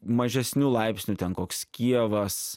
mažesniu laipsniu ten koks kijevas